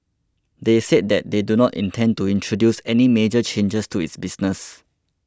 they said that they do not intend to introduce any major changes to its business